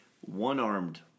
one-armed